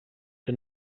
que